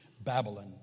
Babylon